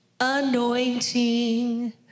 anointing